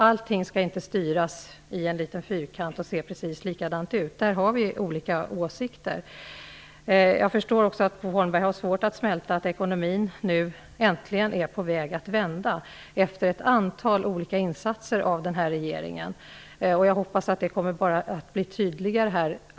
Allting skall inte styras i en liten fyrkant och se likadant ut. Där har vi olika åsikter. Jag förstår också att Bo Holmberg har svårt att smälta att ekonomin efter att antal insatser av regeringen nu äntligen är på väg att vända. Jag hoppas att det kommer att bli tydligare.